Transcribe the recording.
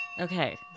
Okay